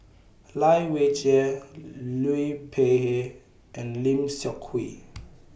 Lai Weijie Liu Peihe and Lim Seok Hui